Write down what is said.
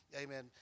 Amen